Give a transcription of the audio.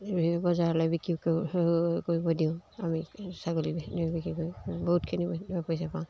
বজাৰলৈ বিক্ৰী কৰ কৰিব দিওঁ আমি ছাগলী বিক্ৰী কৰি বহুতখিনি পইচা পাওঁ